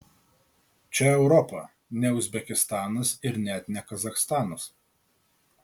čia europa ne uzbekistanas ir net ne kazachstanas